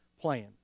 plan